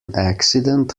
accident